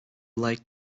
like